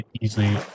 easily